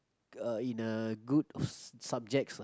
uh in a good subjects